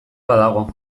badago